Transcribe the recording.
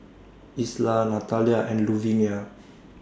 Isla Natalia and Luvinia